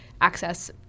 access